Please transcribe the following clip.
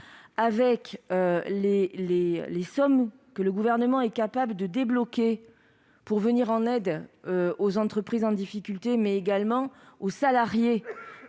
avec les sommes que le Gouvernement est capable de débloquer pour venir en aide aux entreprises en difficulté, mais également à leurs salariés,